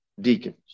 deacons